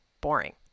boring